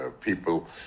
people